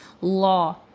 law